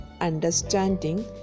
understanding